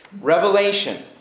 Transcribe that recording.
Revelation